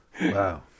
Wow